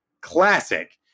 classic